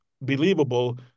believable